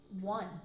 One